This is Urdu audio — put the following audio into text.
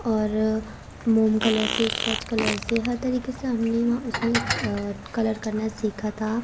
اور موم کلر سے اسکیچ کلر سے ہر طریقے سے ہم نے وہاں اس میں کلر کرنا سیکھا تھا